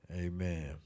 amen